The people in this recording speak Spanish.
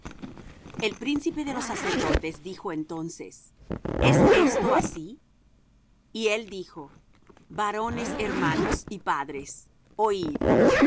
el príncipe de los sacerdotes dijo entonces es esto así y él dijo varones hermanos y padres oid